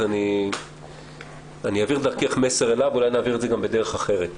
אני אעביר דרכך מסר אליו ואולי נעביר את זה גם בדרך אחרת.